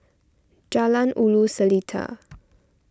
Jalan Ulu Seletar